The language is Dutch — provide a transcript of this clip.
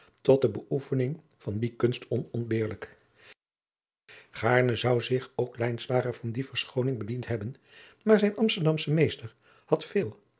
tot de beoefening van die kunst onontbeerlijk gaaradriaan loosjes pzn het leven van maurits lijnslager ne zou zich ook lijnslager van die verschooning bediend hebben maar zijn amsterdamsche meester had